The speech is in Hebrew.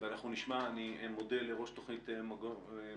ואנחנו נשמע ואני מודה לראש תוכנית "מגן